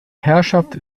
herrschaft